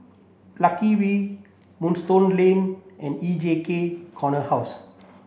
Lucky We Moonstone Lane and E J H Corner House